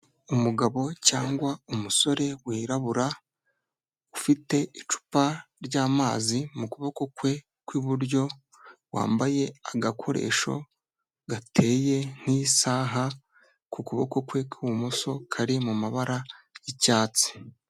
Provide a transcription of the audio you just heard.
Umugabo cyangwa umusore wirabura ufite icupa ry'amazi mu kuboko kwe kw'iburyo wambaye agakoresho gateye nk'isaha ku kuboko kwe kw'ibumoso kari mu mabara y'icyatsi.